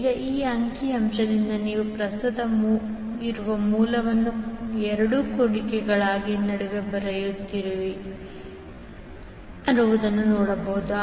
ಈಗ ಈ ಅಂಕಿ ಅಂಶದಿಂದ ನೀವು ಪ್ರಸ್ತುತ ಇರುವ ಮೂಲವನ್ನು ಎರಡು ಕುಣಿಕೆಗಳ ನಡುವೆ ಬರುತ್ತಿರುವುದನ್ನು ನೋಡಬಹುದು